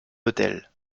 autel